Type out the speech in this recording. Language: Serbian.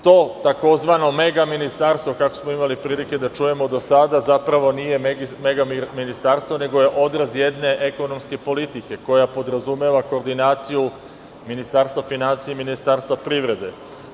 To, tzv. mega ministarstvo, kako smo imali prilike da čujemo do sada, zapravo nije mega ministarstvo, nego je odraz jedne ekonomske politike koja podrazumeva koordinaciju ministarstva finansija i ministarstva privrede.